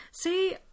See